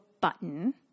button